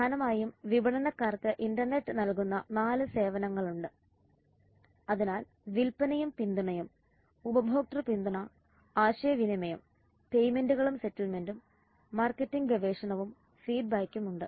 പ്രധാനമായും വിപണനക്കാർക്ക് ഇന്റർനെറ്റ് നൽകുന്ന 4 സേവനങ്ങൾ ഉണ്ട് അതിനാൽ വിൽപ്പനയും പിന്തുണയും ഉപഭോക്തൃ പിന്തുണ ആശയവിനിമയം പേയ്മെന്റുകളും സെറ്റിൽമെന്റും മാർക്കറ്റിംഗ് ഗവേഷണവും ഫീഡ്ബാക്കും ഉണ്ട്